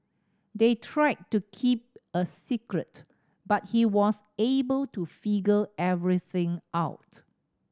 they tried to keep a secret but he was able to figure everything out